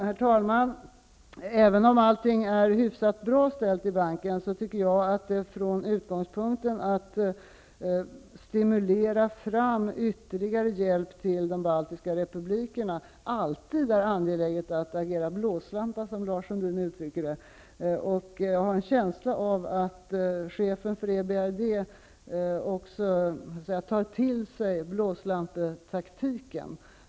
Herr talman! Även om allting är hyfsat bra ställt i banken anser jag att det från utgångspunkten att man bör stimulera fram ytterligare hjälp till de baltiska republikerna alltid är angeläget att ''agera blåslampa'', som Lars Sundin uttryckte det. Jag har en känsla av att chefen för EBRD också tar till sig blåslampetaktiken.